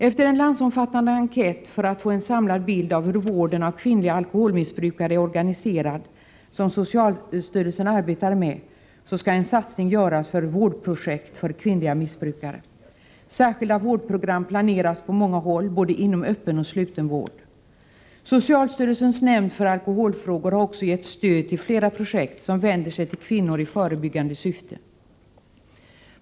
Efter den landsomfattande enkät — syftande till att ge en samlad bild av hur vården av kvinnliga alkoholmissbrukare är organiserad — som socialstyrelsen arbetar med skall en satsning göras för vårdprojekt för kvinnliga missbrukare. Särskilda vårdprogram planeras på många håll både inom öppen och inom sluten vård. Socialstyrelsens nämnd för alkoholfrågor har också gett stöd till flera projekt som vänder sig till kvinnor i förebyggande syfte.